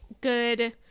good